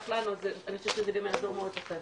לנו אני חושבת שזה גם יעזור מאוד לכם.